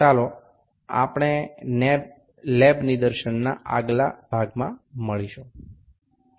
ચાલો આપણે લેબ નિદર્શનના આગળના ભાગમાં મળીશું